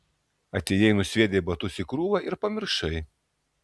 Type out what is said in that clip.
atėjai nusviedei batus į krūvą ir pamiršai